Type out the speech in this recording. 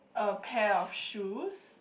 a pair of shoes